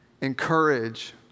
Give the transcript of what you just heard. Encourage